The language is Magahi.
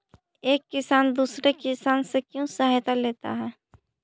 एक किसान दूसरे किसान से क्यों सहायता लेता है?